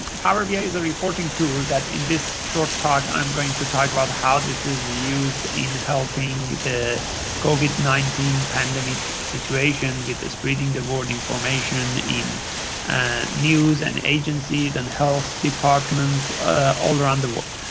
power bi is a reporting tool that in this short talk, i'm going to talk about how this is used in helping the covid nineteen pandemic situation with spreading the word in formation in and news and agencies and health departments all around the world.